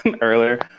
earlier